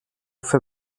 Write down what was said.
für